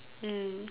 mm